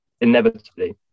inevitably